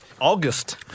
August